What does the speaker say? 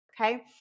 okay